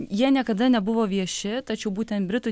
jie niekada nebuvo vieši tačiau būtent britų